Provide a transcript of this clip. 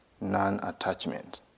non-attachment